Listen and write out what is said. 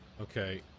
Okay